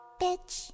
bitch